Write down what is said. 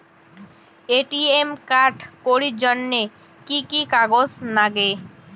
ATM card করির জন্যে কি কি কাগজ নাগে?